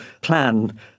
plan